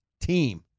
team